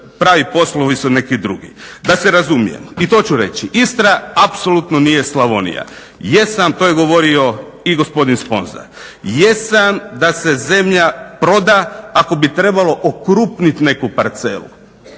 Da se razumijemo, i to ću reći, Istra apsolutno nije Slavonija. Jesam, to je govorio i gospodin Sponza, jesam da se zemlja proda ako bi trebalo okrupniti neku parcelu,